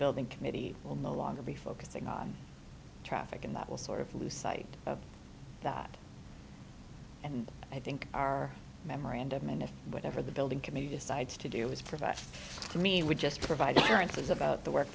building committee will no longer be focusing on traffic and that will sort of lose sight of that and i think our memorandum in whatever the building committee decides to do is provide me with just provide the answers about the work